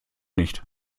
nicht